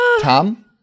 Tom